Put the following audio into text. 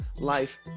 life